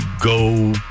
go